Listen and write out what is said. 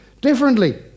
differently